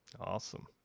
awesome